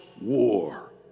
war